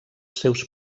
seus